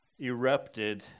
erupted